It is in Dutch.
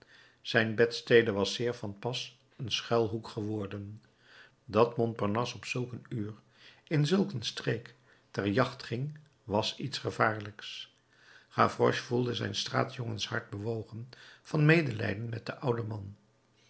zijn bedstede was zeer van pas een schuilhoek geworden dat montparnasse op zulk een uur in zulk een streek ter jacht ging was iets gevaarlijks gavroche voelde zijn straatjongenshart bewogen van medelijden met den ouden man